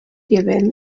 given